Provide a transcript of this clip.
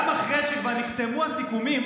גם אחרי שכבר נחתמו הסיכומים,